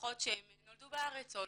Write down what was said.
שנולדו בארץ או,